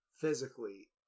physically